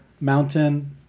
mountain